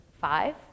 Five